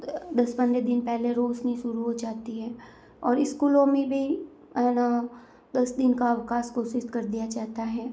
दस पन्द्रह दिनों पहले रोशनी शुरू हो जाती है और स्कूलों में भी है न दस दिन का अवकाश घोषित कर दिया जाता है